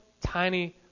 tiny